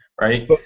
right